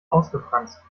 ausgefranst